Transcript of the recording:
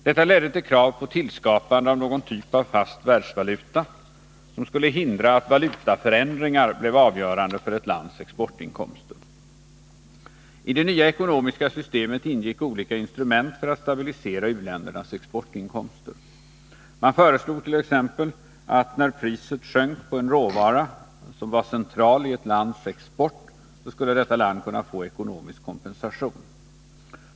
Detta ledde till krav på tillskapande av någon typ av fast världsvaluta, som skulle hindra att valutaförändringar blev avgörande för ett lands exportinkomster. I det nya ekonomiska systemet ingick olika instrument för att stabilisera u-ländernas exportinkomster. Man har t.ex. föreslagit att när priset sjunker på en råvara som är central i ett lands export så skall detta land kunna få ekonomisk kompensation.